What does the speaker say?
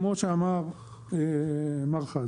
כמו שאמר מר חזן,